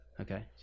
Okay